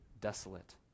desolate